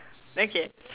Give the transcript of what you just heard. okay